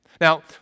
Now